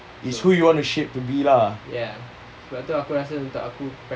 is who you want to shape to be ah